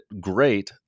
great